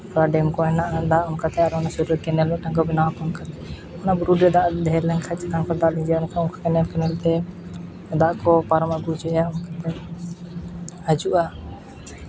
ᱛᱷᱚᱲᱟ ᱰᱮᱢ ᱠᱚ ᱦᱮᱱᱟᱜᱼᱟ ᱫᱟᱜ ᱚᱱᱠᱟᱛᱮ ᱟᱨ ᱚᱱᱟ ᱥᱩᱨ ᱨᱮ ᱠᱮᱱᱮᱞ ᱢᱤᱫᱴᱟᱝ ᱠᱚ ᱵᱮᱱᱟᱣ ᱚᱱᱟ ᱵᱩᱨᱩ ᱨᱮ ᱫᱟᱜ ᱰᱷᱮᱨ ᱞᱮᱱᱠᱷᱟᱱ ᱪᱮᱛᱟᱱ ᱠᱷᱚᱱ ᱫᱟᱜ ᱞᱤᱸᱡᱤ ᱟᱲᱜᱚᱱᱟ ᱠᱮᱱᱮᱞ ᱠᱮᱱᱮᱞᱛᱮ ᱫᱟᱜ ᱠᱚ ᱯᱟᱨᱚᱢ ᱟᱹᱜᱩ ᱦᱚᱪᱚᱭᱟ ᱦᱟᱹᱡᱩᱜᱼᱟ